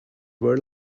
were